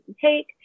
take